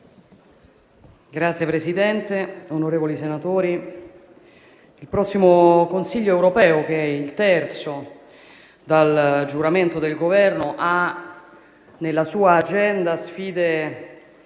Signor Presidente, onorevoli senatori, il prossimo Consiglio europeo, che è il terzo dal giuramento del Governo, ha nella sua agenda sfide